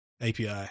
API